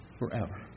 forever